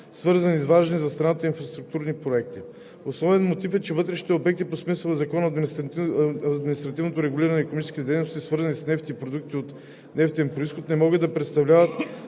свързани с важни за страната инфраструктурни проекти. Основен мотив е, че вътрешните обекти по смисъла на Закона за административното регулиране на икономическите дейности, свързани с нефт и продукти от нефтен произход не могат да представляват